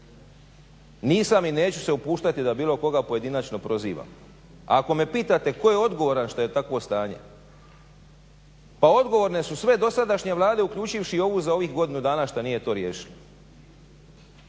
nisam i neću se upuštati da bilo koga pojedinačno prozivam. Ako me pitate tko je odgovoran što je takvo stanje, pa odgovorne su sve dosadašnje Vlade uključivši i ovu za ovih godinu dana šta nije to riješila.